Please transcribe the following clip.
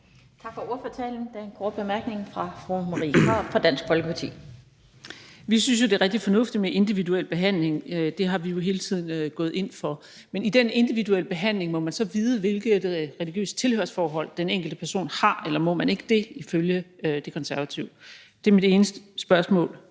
Tak for ordførertalen. Der er en kort bemærkning fra fru Marie Krarup fra Dansk Folkeparti. Kl. 20:01 Marie Krarup (DF): Vi synes jo, det er rigtig fornuftigt med en individuel behandling. Det har vi jo hele tiden gået ind for. Men må man så i den individuelle behandling vide, hvilket religiøst tilhørsforhold den enkelte person har, eller må man ikke det ifølge De Konservative? Det er mit ene spørgsmål.